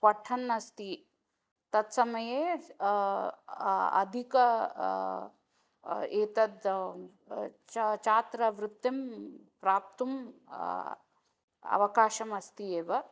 पठन् अस्ति तत्समये सः अधिकम् एतद् च छात्रवृत्तिं प्राप्तुं अवकाशः अस्ति एव